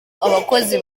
abakozi